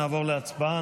נעבור להצבעה.